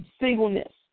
singleness